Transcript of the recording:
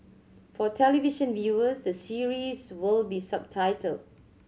for television viewers the series will be subtitled